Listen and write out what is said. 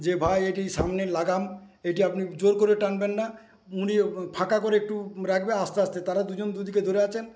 যে ভাই এটি সামনে লাগাম এটা আপনি জোর করে টানবেন না উনি ফাঁকা করে একটু রাখবে আস্তে আস্তে তারা দুজন দুদিকে ধরে আছেন